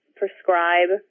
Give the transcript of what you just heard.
prescribe